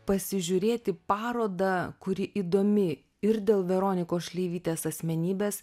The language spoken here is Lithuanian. pasižiūrėti parodą kuri įdomi ir dėl veronikos šleivytės asmenybės